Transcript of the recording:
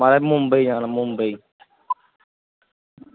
म्हाराज मुंबई जाना मुंबई